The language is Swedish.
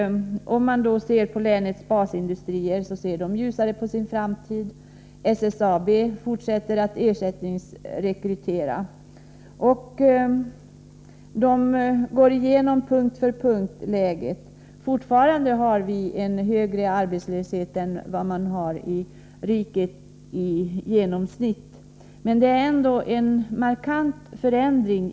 Länets basindustrier ser ljusare på sin framtid. SSAB fortsätter att ersättningsrekrytera. Man går igenom läget punkt för punkt. Fortfarande har vi en högre arbetslöshet i Norrbotten är vad man har i riket i genomsnitt, men det är ändå en markant förändring.